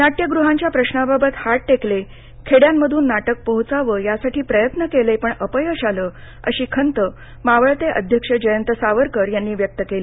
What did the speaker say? नाट्यगृहांच्या प्रश्नाबाबत हात टेकले खेड्यांमध्न नाटक पोहोचावं यासाठी प्रयत्न केले पण अपयश आलं अशी खंत मावळते अध्यक्ष जयंत सावरकर यांनी व्यक्त केली